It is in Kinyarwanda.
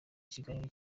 ikiganiro